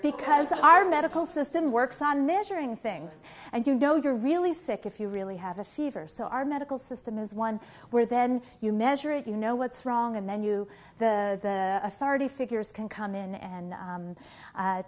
because our medical system works on measuring things and you know you're really sick if you really have a fever so our medical system is one where then you measure it you know what's wrong and then you the authority figures can come in and